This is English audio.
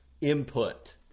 input